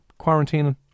quarantining